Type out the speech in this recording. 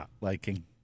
liking